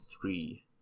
three